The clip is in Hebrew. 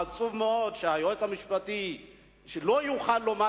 עצוב מאוד שהיועץ המשפטי לא יוכל לומר